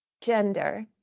gender